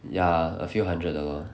ya a few hundred 的 lor